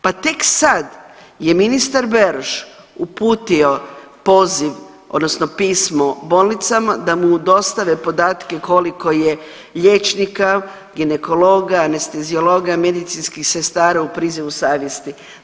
Pa tek sad je ministar Beroš uputio poziv odnosno pismo bolnicama da mu dostave podatke koliko je liječnika, ginekologa, anesteziologa, medicinskih sestara u prizivu savjesti.